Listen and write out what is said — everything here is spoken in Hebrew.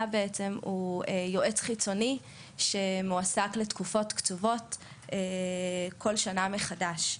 הוא יועץ חיצוני שמועסק לתקופות קצובות כול שנה מחדש.